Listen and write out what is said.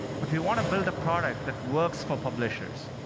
but we want to build a product that works for publishers.